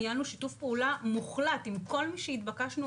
ניהלנו שיתוף פעולה מוחלט עם כל מי שהתבקשנו,